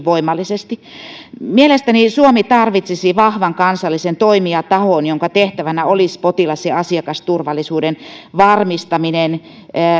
voimallisesti mielestäni suomi tarvitsisi vahvan kansallisen toimijatahon jonka tehtävänä olisi potilas ja asiakasturvallisuuden varmistaminen